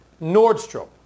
Nordstrom